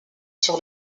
sur